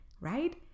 right